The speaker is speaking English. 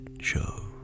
show